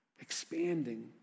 expanding